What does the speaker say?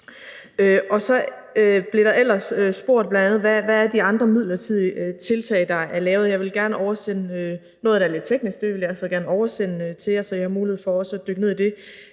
Så blev der bl.a. spurgt om, hvad de andre midlertidige tiltag er, der er lavet. Jeg vil gerne oversende noget, der er lidt teknisk, til jer, så I også har mulighed for at dykke ned i det.